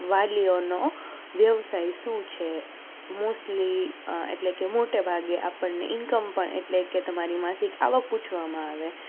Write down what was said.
વાલીઓનો વ્યવસાય શું છે મોસ્ટલી એટલે કે મોટે ભાગે આપણને ઇન્કમ પણ એટલે કે તમારી માસિક આવક પૂછવામાં આવે